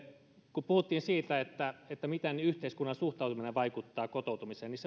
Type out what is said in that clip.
kun puhuttiin siitä että miten yhteiskunnan suhtautuminen vaikuttaa kotoutumiseen niin